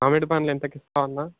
మామిడి పళ్ళు ఎంతకు ఇస్తా ఉన్నావు